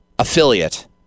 Affiliate